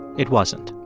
it wasn't